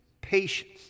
patience